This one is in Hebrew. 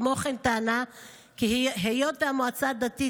כמו כן היא טענה כי היות שהמועצה הדתית